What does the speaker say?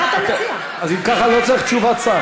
אני באתי בשביל, תודה לחברת הכנסת רויטל סויד.